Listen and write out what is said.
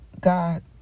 God